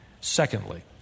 Secondly